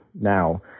now